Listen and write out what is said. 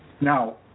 Now